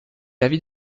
l’avis